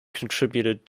contributed